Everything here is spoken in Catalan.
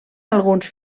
alguns